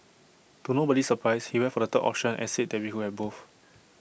to nobody's surprise he went for the third option and said that we could have both